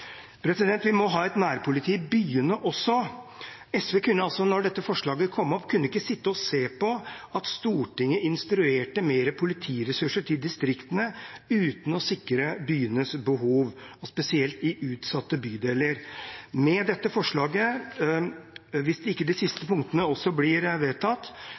også. Da dette forslaget kom opp, kunne ikke SV sitte og se på at Stortinget instruerte mer politiressurser til distriktene uten å sikre byenes behov, spesielt i utsatte bydeler. Med dette forslaget – hvis ikke de siste punktene også blir vedtatt